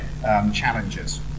challenges